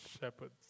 shepherds